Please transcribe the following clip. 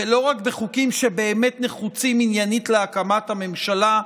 ולא רק בחוקים שבאמת נחוצים עניינית להקמת הממשלה,